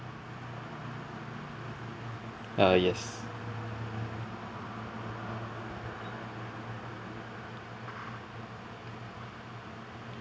uh yes